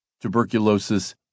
tuberculosis